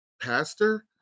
pastor